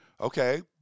Okay